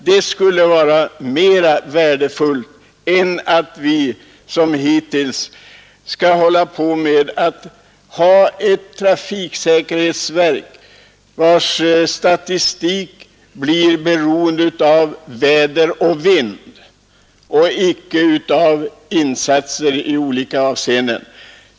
Det skulle vara mera värdefullt än att vi som hittills har ett trafiksäkerhetsverk, vars statistik är beroende av väder och vind och icke av insatser i olika avseenden för trafiken.